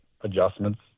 adjustments